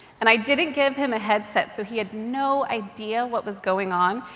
and i didn't give him a headset, so he had no idea what was going on.